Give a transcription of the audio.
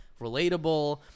relatable